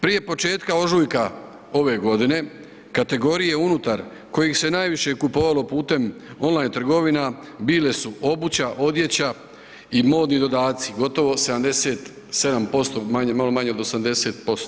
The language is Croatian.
Prije početka ožujka ove godine, kategorije unutar kojih se najviše kupovalo putem on line trgovina bile su obuća, odjeća i modni dodaci, gotovo 77% malo manje od 80%